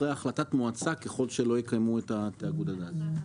אחרי החלטת מועצה ככול שלא יקיימו את תאגידי המים.